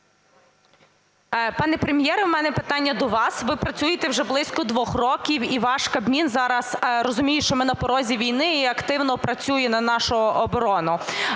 Пане Прем'єре, в мене питання до вас. Ви працюєте вже близько двох років, і ваш Кабмін зараз розуміє, що ми на порозі війни, і активно працює на нашу оборону.